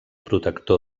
protector